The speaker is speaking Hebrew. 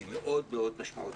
היא מאוד מאוד משמעותית.